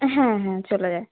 হ্যাঁ হ্যাঁ চলে যায়